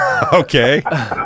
Okay